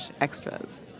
extras